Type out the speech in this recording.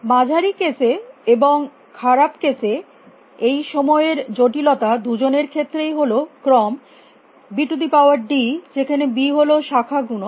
মাঝারি কেসে এবং খারাপ কেসে এই সময়ের জটিলতা দুজনের ক্ষেত্রেই হল ক্রম bd যেখানে b হল শাখা গুণক